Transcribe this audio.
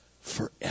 forever